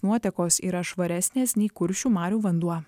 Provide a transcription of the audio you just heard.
nuotekos yra švaresnės nei kuršių marių vanduo